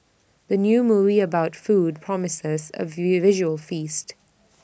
the new movie about food promises A visual feast